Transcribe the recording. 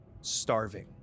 Starving